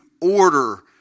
order